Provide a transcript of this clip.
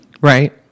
Right